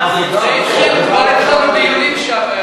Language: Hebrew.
ועדת הכספים.